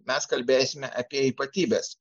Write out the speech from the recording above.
mes kalbėsime apie ypatybes